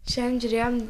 šiandien žiūrėjom